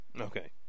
Okay